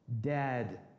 dead